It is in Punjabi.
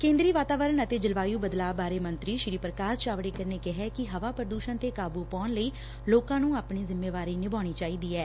ਕੇਦਰੀ ਵਾਤਾਵਰਨ ਅਤੇ ਜਲਵਾਯੁ ਬਦਲਾਅ ਬਾਰੇ ਮੰਤਰੀ ਪੁਕਾਸ਼ ਜਾਵੜੇਕਰ ਨੇ ਕਿਹੈ ਕਿ ਹਵਾ ਪੁਦੁਸ਼ਣ ਤੇ ਕਾਬੁ ਪਾਉਣ ਲਈ ਲੋਕਾ ਨੰ ਆਪਣੀ ਜਿੰਮੇਵਾਰੀ ਨਿਭਾਉਣੀ ਚਾਹੀਦੀ ਐ